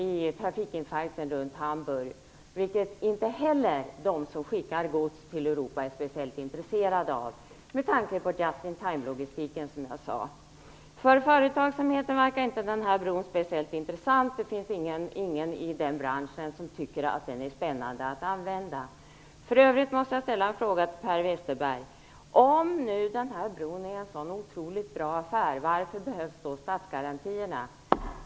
Inte heller detta är, som jag sade, något som de som skickar gods till Europa är speciellt intresserade av med tanke på just in time-logistiken. För företagsamheten verkar inte denna bro speciellt intressant eller spännande att använda. För övrigt måste jag fråga Per Westerberg: Om nu den här bron är en så otroligt bra affär, varför behövs då statsgarantierna?